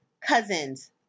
cousins